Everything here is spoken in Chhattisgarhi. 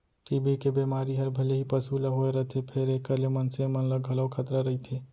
टी.बी के बेमारी हर भले ही पसु ल होए रथे फेर एकर ले मनसे मन ल घलौ खतरा रइथे